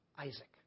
Isaac